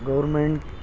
government